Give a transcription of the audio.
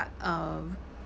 um